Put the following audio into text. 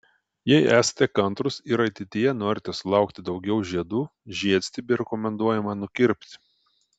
jei esate kantrūs ir ateityje norite sulaukti daugiau žiedų žiedstiebį rekomenduojama nukirpti